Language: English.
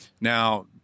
Now